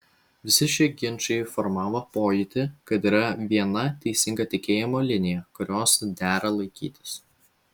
visi šie ginčai formavo pojūtį kad yra viena teisinga tikėjimo linija kurios dera laikytis